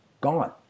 Gone